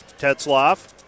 Tetzloff